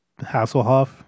Hasselhoff